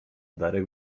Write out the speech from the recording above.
darek